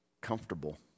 comfortable